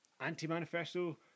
Anti-Manifesto